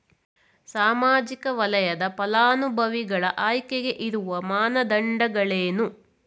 ಸಾಮಾಜಿಕ ವಲಯದ ಫಲಾನುಭವಿಗಳ ಆಯ್ಕೆಗೆ ಇರುವ ಮಾನದಂಡಗಳೇನು?